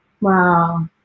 Wow